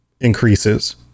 increases